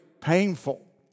painful